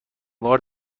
بار